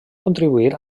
contribuir